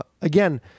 again